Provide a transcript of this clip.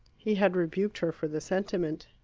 he had rebuked her for the sentiment.